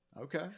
Okay